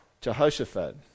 Jehoshaphat